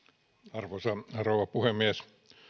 arvoisa rouva puhemies